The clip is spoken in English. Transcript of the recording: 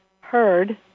heard